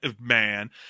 man